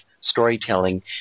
storytelling